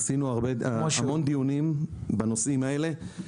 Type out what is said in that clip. עשינו המון דיונים בנושאים האלה.